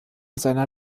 seiner